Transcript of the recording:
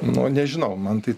nu nežinau man tai